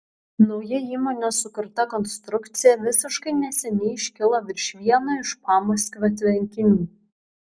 nauja įmonės sukurta konstrukcija visiškai neseniai iškilo virš vieno iš pamaskvio tvenkinių